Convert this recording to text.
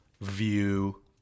View